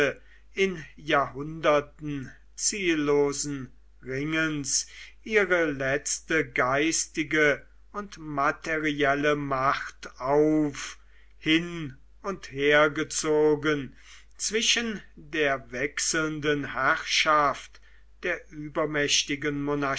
in jahrhunderten ziellosen ringens ihre letzte geistige und materielle macht auf hin und hergezogen zwischen der wechselnden herrschaft der übermächtigen